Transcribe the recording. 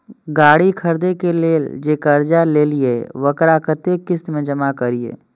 गाड़ी खरदे के लेल जे कर्जा लेलिए वकरा कतेक किस्त में जमा करिए?